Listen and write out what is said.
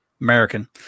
American